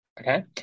Okay